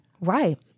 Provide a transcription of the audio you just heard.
right